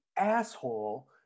Asshole